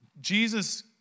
Jesus